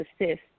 assist